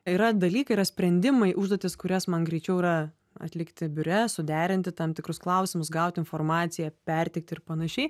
yra dalykai yra sprendimai užduotys kurias man greičiau yra atlikti biure suderinti tam tikrus klausimus gauti informaciją perteikti ir panašiai